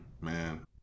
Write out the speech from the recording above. man